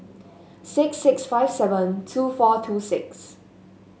six six five seven two four two six